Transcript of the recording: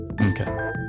Okay